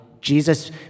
Jesus